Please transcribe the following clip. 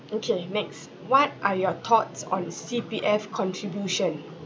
okay next what are your thoughts on C_P_F contribution